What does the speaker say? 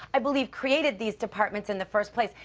i believe created these departments in the first place,